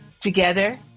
Together